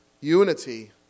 Unity